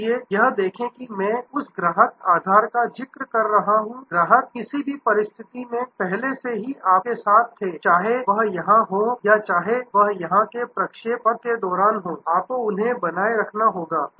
इसलिए यह देखें कि मैं उस ग्राहक आधार का जिक्र कर रहा हूं ग्राहक किसी भी परिस्थिति में पहले से ही आपके साथ थे चाहे वह यहां हो या चाहे वह यहां के प्रक्षेप पथ के दौरान हो आपको उन्हें बनाए रखना होगा